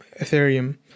Ethereum